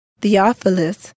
Theophilus